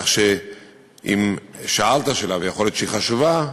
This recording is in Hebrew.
כך שאם שאלת שאלה, ויכול להיות שהיא חשובה,